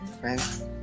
friends